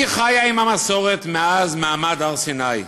היא חיה עם המסורת מאז מעמד הר-סיני.